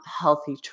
healthy